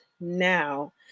now